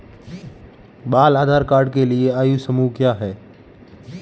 बाल आधार कार्ड के लिए आयु समूह क्या है?